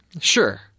Sure